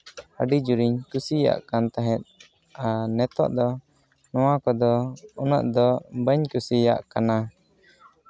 ᱟᱹᱰᱤ ᱡᱳᱨᱮᱧ ᱠᱩᱥᱤᱭᱟᱜ ᱠᱟᱱ ᱛᱟᱦᱮᱫ ᱟᱨ ᱱᱤᱛᱚᱜ ᱫᱚ ᱱᱚᱣᱟ ᱠᱚᱫᱚ ᱩᱱᱟᱹᱜ ᱫᱚ ᱵᱟᱹᱧ ᱠᱩᱥᱤᱭᱟᱜ ᱠᱟᱱᱟ